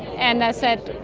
and i said,